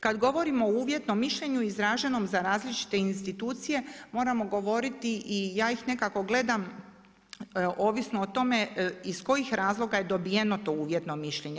Kad govorimo o uvjetom mišljenju izraženom za različite institucije, moramo govoriti i ja ih nekako gledam ovisno o tome iz kojih razloga je dobijeno to uvjetno mišljenje.